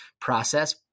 process